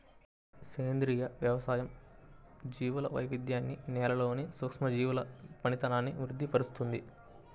సేంద్రియ వ్యవసాయం జీవుల వైవిధ్యాన్ని, నేలలోని సూక్ష్మజీవుల పనితనాన్ని వృద్ది పరుస్తుంది